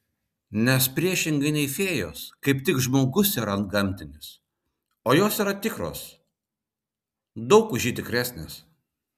nes priešingai nei fėjos kaip tik žmogus yra antgamtinis o jos yra tikros daug už jį tikresnės